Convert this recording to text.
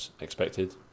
expected